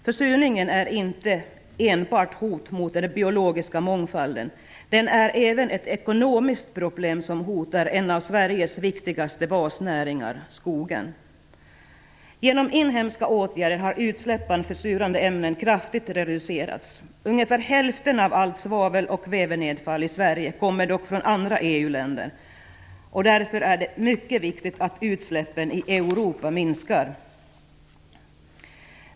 Försurningen är inte enbart ett hot mot den biologiska mångfalden, den är även ett ekonomiskt problem som hotar en av Sveriges viktigaste basnäringar, skogen. Genom inhemska åtgärder har utsläppen av försurande ämnen kraftigt reducerats. Ungefär hälften av allt svavel och kvävenedfall i Sverige kommer dock från andra EU-länder. Därför är det mycket viktigt att utsläppen i Europa minskar.